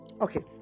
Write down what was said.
Okay